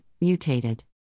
mutated